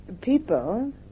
people